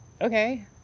Okay